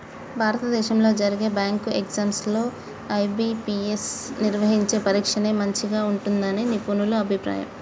భారతదేశంలో జరిగే bank exams లో ఐ.బీ.పీ.ఎస్ నిర్వహించే పరీక్షనే మంచిగా ఉంటుందని నిపుణుల అభిప్రాయం